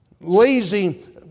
Lazy